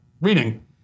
reading